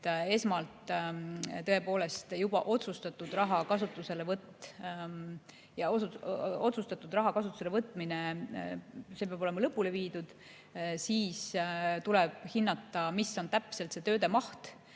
esmalt tõepoolest juba otsustatud raha kasutuselevõtmine peab olema lõpule viidud, siis tuleb hinnata, mis on täpselt see tööde maht,